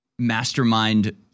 mastermind